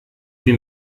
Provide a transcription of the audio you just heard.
wie